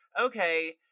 okay